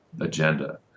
agenda